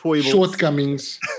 shortcomings